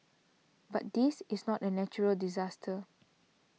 but this is not a natural disaster